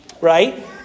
right